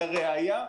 לראיה,